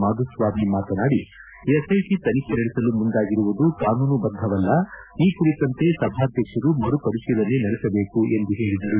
ಮಾದುಸ್ವಾಮಿ ಮಾತನಾಡಿ ಎಸ್ಐಟ ತನಿಖೆ ನಡೆಸಲು ಮುಂದಾಗಿರುವುದು ಕಾನೂನು ಬದ್ದವಲ್ಲ ಈ ಕುರಿತಂತೆ ಸಭಾಧ್ಯಕ್ಷರು ಮರುಪರಿಶೀಲನೆ ನಡೆಸಬೇಕೆಂದು ಹೇಳದರು